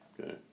okay